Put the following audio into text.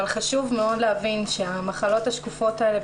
אבל חשוב מאוד להבין שהמחלות השקופות האלה,